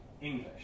English